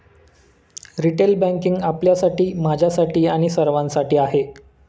retail banking आपल्यासाठी, माझ्यासाठी आणि सर्वांसाठी आहे